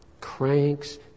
Cranks